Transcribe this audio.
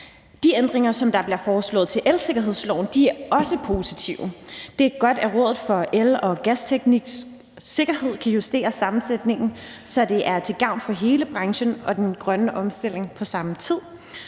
ændringer, der bliver foreslået til elsikkerhedsloven, er også positive. Det er godt, at Rådet for El- og Gasteknisk Sikkerhed kan justere sammensætningen, så det er til gavn for hele branchen og den grønne omstilling på samme tid.